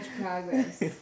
progress